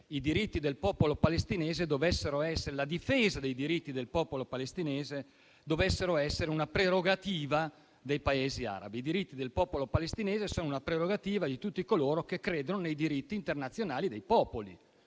diritti del popolo palestinese dovesse essere una prerogativa dei Paesi arabi. I diritti del popolo palestinese sono una prerogativa di tutti coloro che credono nei diritti internazionali dei popoli,